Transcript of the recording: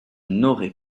n’aurai